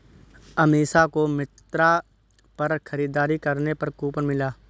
अमीषा को मिंत्रा पर खरीदारी करने पर कूपन मिला